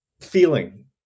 feeling